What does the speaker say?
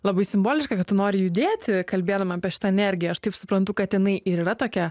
labai simboliška kad tu nori judėti kalbėdama apie šitą energiją aš taip suprantu kad jinai ir yra tokia